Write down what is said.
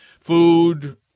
food